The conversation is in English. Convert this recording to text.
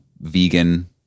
vegan